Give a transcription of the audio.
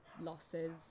losses